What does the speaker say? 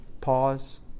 pause